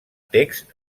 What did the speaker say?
text